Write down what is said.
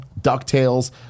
DuckTales